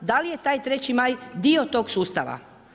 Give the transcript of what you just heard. Da li je taj Treći Maj dio tog sustava?